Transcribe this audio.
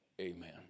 Amen